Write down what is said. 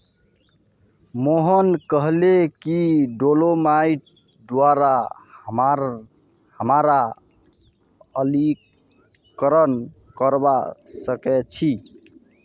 मोहन कहले कि डोलोमाइटेर द्वारा हमरा अम्लीकरण करवा सख छी